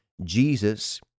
Jesus